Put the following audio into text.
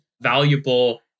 valuable